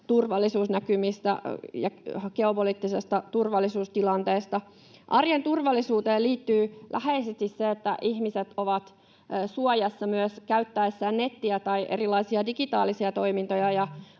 turvallisuusnäkymistä ja geopoliittisesta turvallisuustilanteesta. Arjen turvallisuuteen liittyy läheisesti se, että ihmiset ovat suojassa myös käyttäessään nettiä tai erilaisia digitaalisia toimintoja.